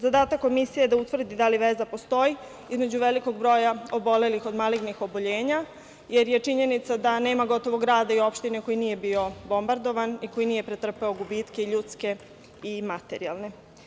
Zadatak komisije je da utvrdi da li veza postoji između velikog broja obolelih od malignih oboljenja, jer je činjenica da nema gotovo grada i opštine koji nije bio bombardovan i koji nije pretrpeo gubitke ljudske i materijalne.